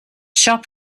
shop